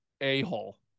a-hole